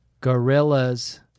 Gorillas